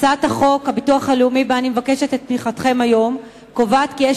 הצעת חוק הביטוח הלאומי שאני מבקשת את תמיכתם בה היום קובעת כי יש